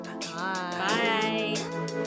Bye